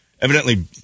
Evidently